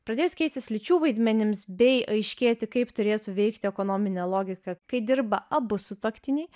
pradėjus keistis lyčių vaidmenims bei aiškėti kaip turėtų veikti ekonominė logika kai dirba abu sutuoktiniai